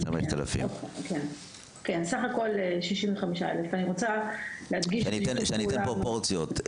סך הכול 65,000. אני אתן פרופורציות,